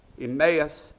Emmaus